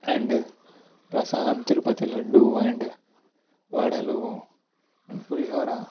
and prasadam Tirupati laddu and వడలు పులిహోర